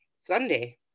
Sunday